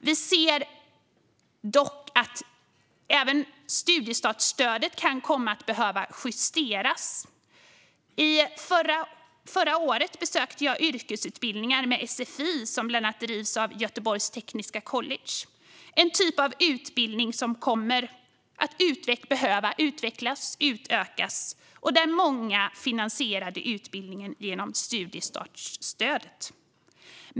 Vi anser dock att även studiestartsstödet kan komma att behöva justeras. Förra året besökte jag yrkesutbildningar med sfi som bland annat drivs av Göteborgs Tekniska College. Detta är en typ av utbildning som kommer att behöva utvecklas och utökas, och många finansierade utbildningen genom studiestartsstödet.